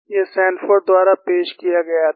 यह सैनफोर्ड द्वारा पेश किया गया था